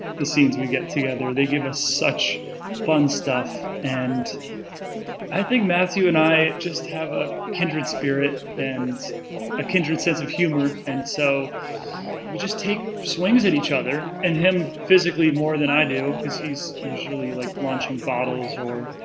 the scenes we get together. they give it such fun stuff, and i think matthew and i just have a kindred spirit, and a kindred sense of humor. and so we just take swings at each other, and him physically more than i do, because he's usually like launching bottles or,